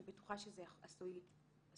אני בטוחה שזה עשוי לסייע.